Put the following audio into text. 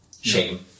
Shame